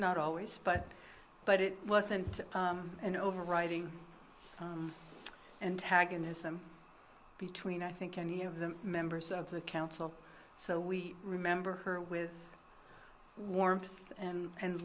not always but but it wasn't an overriding antagonism between i think any of the members of the council so we remember her with warmth and